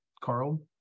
Carl